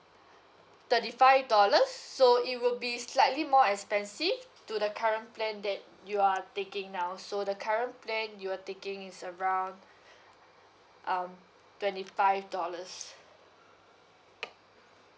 thirty five dollars so it will be slightly more expensive to the current plan that you are taking now so the current plan you're taking is around um twenty five dollars